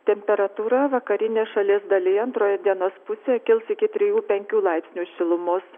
temperatūra vakarinė šalies dalyje antroje dienos pusėje kils iki trijų penkių laipsnių šilumos